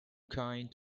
kind